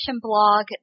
blog